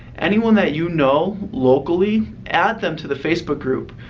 anyone that you know locally, add them to the facebook group.